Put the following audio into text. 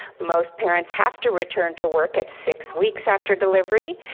most parents have to return to work at six weeks after delivery,